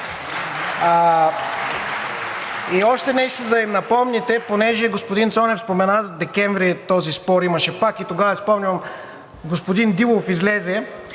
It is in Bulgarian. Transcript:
И още нещо да им напомните, понеже господин Цонев спомена за декември – този спор имаше пак, и тогава си спомням господин Дилов излезе